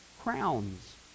crowns